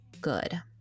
good